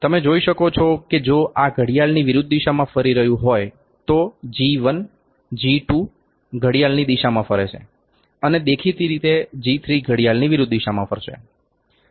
તમે જોઈ શકો છો કે જો આ ઘડિયાળની વિરુદ્ધ દિશામાં ફરી રહ્યું હોય તો જી 1 જી 2 ઘડિયાળની દિશામાં ફરે છે અને દેખીતી રીતે જી3 ઘડિયાળની વિરૂદ્ધ દિશામાં ફરશે